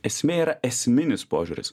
esmė yra esminis požiūris